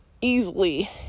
easily